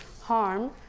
harm